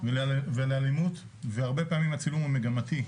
ולאלימות והרבה פעמים הצילום הוא מגמתי.